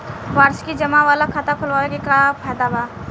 वार्षिकी जमा वाला खाता खोलवावे के का फायदा बा?